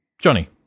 Johnny